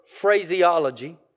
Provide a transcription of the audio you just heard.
phraseology